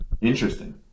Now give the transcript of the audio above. Interesting